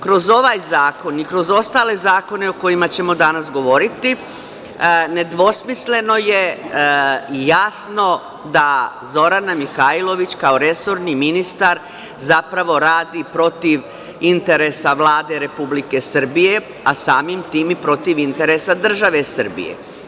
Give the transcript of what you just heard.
Kroz ovaj zakon i kroz ostale zakone, o kojima ćemo danas govoriti, nedvosmisleno je i jasno da Zorana Mihajlović, kao resorni ministar, zapravo radi protiv interesa Vlade Republike Srbije, a samim tim i protiv interesa države Srbije.